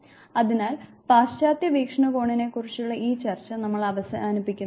അതിനാൽ പാശ്ചാത്യ വീക്ഷണകോണിനെ കുറിച്ചുള്ള ഈ ചർച്ച നമ്മൾ അവസാനിപ്പിക്കുന്നു